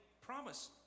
promise